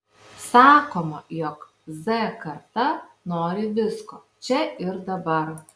sakoma jog z karta nori visko čia ir dabar